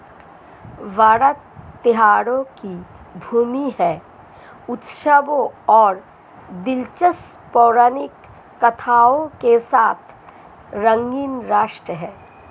भारत त्योहारों की भूमि है, उत्सवों और दिलचस्प पौराणिक कथाओं के साथ रंगीन राष्ट्र है